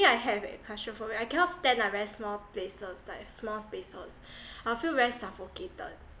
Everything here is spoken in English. I have eh claustrophobic I cannot stand like very small places like small spaces I feel very suffocated